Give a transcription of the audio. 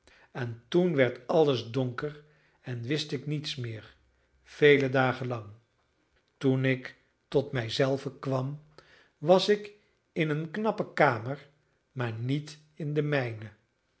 en toen werd alles donker en wist ik niets meer vele dagen lang toen ik tot mij zelve kwam was ik in een knappe kamer maar niet in de mijne